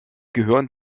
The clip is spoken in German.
gehirn